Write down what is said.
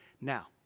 Now